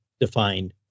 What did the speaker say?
defined